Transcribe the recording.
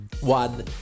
one